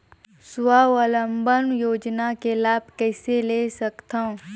स्वावलंबन योजना के लाभ कइसे ले सकथव?